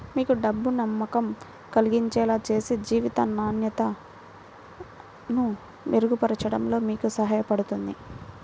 మీకు డబ్బు నమ్మకం కలిగించేలా చేసి జీవిత నాణ్యతను మెరుగుపరచడంలో మీకు సహాయపడుతుంది